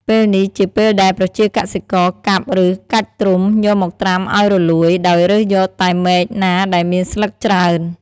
ពេលនេះជាពេលដែលប្រជាកសិករកាប់ ឬ កាច់ត្រុំយកមកត្រាំឱ្យរលួយ ដោយរើសយកតែមែកណាដែលមានស្លឹកច្រើន។